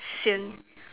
sian